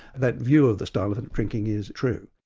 that view of the style of drinking is true.